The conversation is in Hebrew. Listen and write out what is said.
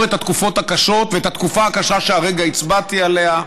את התקופות הקשות ואת התקופה הקשה שהרגע הצבעתי עליה.